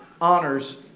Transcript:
honors